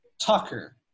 Tucker